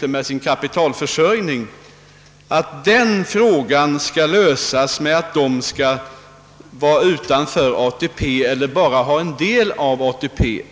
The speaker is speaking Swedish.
med sin kapitalförsörjning skall lösas genom att vi ställer dem utanför ATP eller bara ger dem en del av ATP.